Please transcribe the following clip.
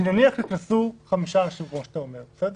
נניח ייכנסו חמישה, כמו שאתה אומר, בסדר?